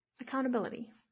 accountability